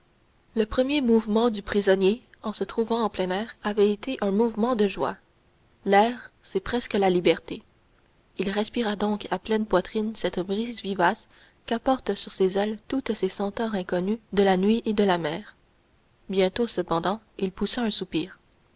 le premier mouvement du prisonnier en se trouvant en plein air avait été un mouvement de joie l'air c'est presque la liberté il respira donc à pleine poitrine cette brise vivace qui apporte sur ses ailes toutes ces senteurs inconnues de la nuit et de la mer bientôt cependant il poussa un soupir